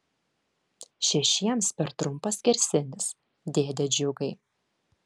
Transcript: šešiems per trumpas skersinis dėde džiugai